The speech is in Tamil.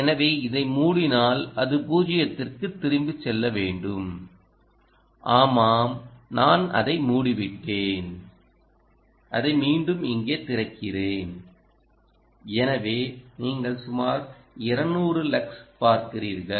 எனவே இதை மூடினால் அது 0 க்கு திரும்பிச் செல்ல வேண்டும் ஆமாம் நான் அதை மூடிவிட்டேன் அதை மீண்டும் இங்கே திறக்கிறேன் எனவே நீங்கள் சுமார் 200 லக்ஸ் பார்க்கிறீர்கள்